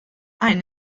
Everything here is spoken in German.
ein